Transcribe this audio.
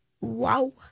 Wow